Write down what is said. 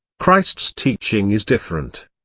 christ's teaching is different.